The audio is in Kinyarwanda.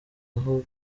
aho